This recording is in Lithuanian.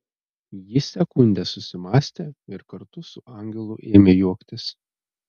ji sekundę susimąstė ir kartu su angelu ėmė juoktis